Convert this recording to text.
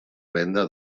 venda